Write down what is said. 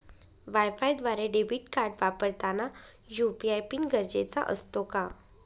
वायफायद्वारे debit card वापरताना UPI PIN गरजेचा असतो का?